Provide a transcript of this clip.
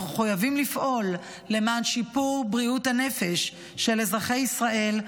אנחנו מחויבים לפעול למען שיפור בריאות הנפש של אזרחי ישראל,